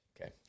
Okay